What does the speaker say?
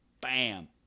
Bam